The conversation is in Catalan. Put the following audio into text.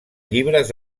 llibres